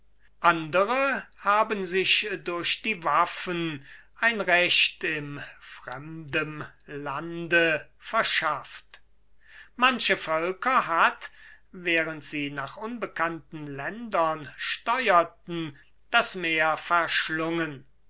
andere haben sich durch die waffen ein recht im fremdem lande verschafft manche völker hat während sie nach unbekannten ländern steuerten das meer verschlungen